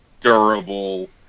durable